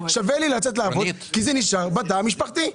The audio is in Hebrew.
שווה לי לצאת לעבוד כי זה נשאר בתא המשפחתי.